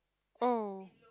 oh